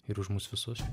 ir už mus visus